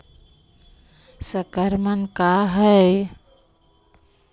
संक्रमण का है?